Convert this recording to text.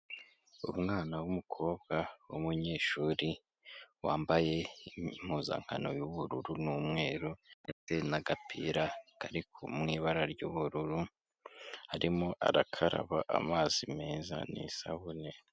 Umwana w'umukobwa w'umunyeshuri wambaye impuzankano y'ubururu n'umweru ufite n'agapira kari mu ibara ryu'bururu arimo arakaraba amazi meza n'isabune.